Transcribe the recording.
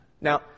Now